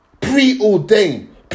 Preordained